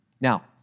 Now